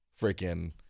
freaking